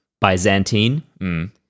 Byzantine